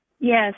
Yes